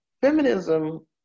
feminism